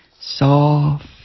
soft